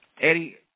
Eddie